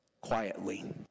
quietly